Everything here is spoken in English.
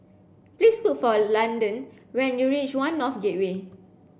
please look for Landon when you reach One North Gateway